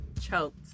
choked